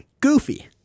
goofy